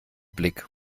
blick